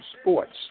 sports